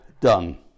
done